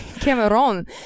cameron